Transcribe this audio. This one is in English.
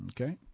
Okay